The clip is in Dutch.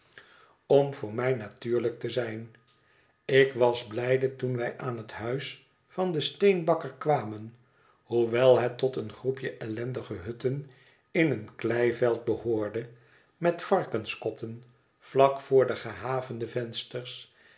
om voor mij natuurlijk te zijn ik was blijde toen wij aan het huis van den steenbakker kwamen hoewel het tot een groepje ellendige hutten in een kleiveld behoorde met varkenskotten vlak voor de gehavende vensters